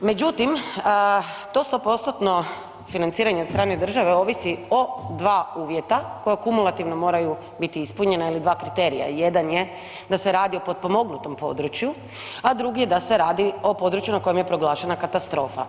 Međutim, to 100%-tno financiranje od strane države ovisi o 2 uvjeta koja kumulativno moraju biti ispunjena ili 2 kriterija, jedan je da se radi o potpomognutom području, a drugi je da se radi o području na kojem je proglašena katastrofa.